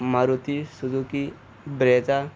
Maruti Suzuki Brezza